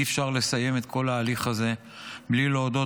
אי-אפשר לסיים את כל ההליך הזה בלי להודות